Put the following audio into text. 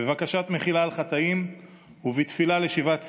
בבקשת מחילה על חטאים ובתפילה לשיבת ציון,